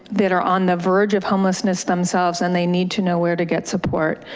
that are on the verge of homelessness themselves, and they need to know where to get support.